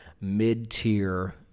mid-tier